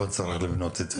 אבל צריך לבנות את זה.